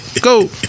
Go